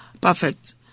perfect